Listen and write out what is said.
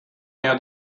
near